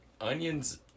onions